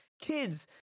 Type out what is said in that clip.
kids